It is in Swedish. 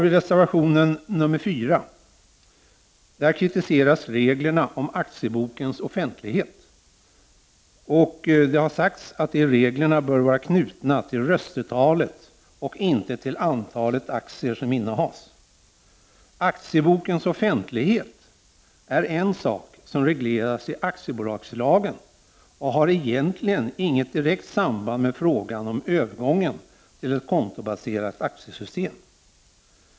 I reservation 4 kritiseras reglerna om aktiebokens offentlighet. Det har sagts att de reglerna bör vara knutna till röstetalet och inte till antalet aktier som innehas. Aktiebokens offentlighet är en sak som regleras i aktiebolagslagen och har egentligen inget direkt samband med frågan om övergången till ett kontobaserat aktiesystem.